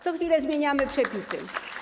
Co chwilę zmieniamy przepisy.